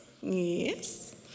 Yes